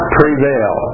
prevail